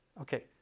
okay